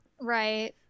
right